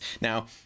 Now